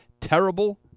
terrible